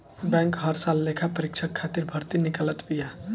bank हर साल लेखापरीक्षक खातिर भर्ती निकालत बिया